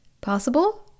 Possible